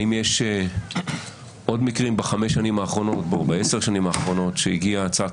האם יש עוד מקרים בחמש השנים האחרונות או בעשר השנים האחרונות שהגיעה הצעת